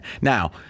Now